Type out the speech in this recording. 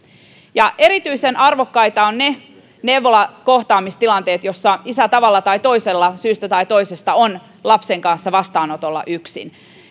erityisen arvokkaita ovat ne neuvolan kohtaamistilanteet joissa isä tavalla tai toisella syystä tai toisesta on lapsen kanssa vastaanotolla yksin